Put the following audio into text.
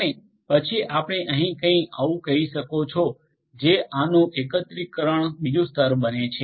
અને પછી આપણે અહીં કંઈક આવું કહી શકો છો જે આનું એકત્રીકરણનું બીજું સ્તર બને છે